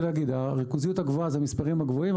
הריכוזיות הגבוהה זה המספרים הגבוהים.